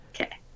Okay